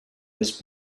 was